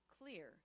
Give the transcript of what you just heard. clear